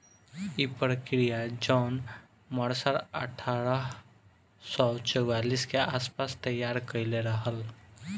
इ प्रक्रिया John Mercer अठारह सौ चौवालीस के आस पास तईयार कईले रहल